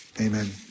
amen